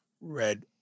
Red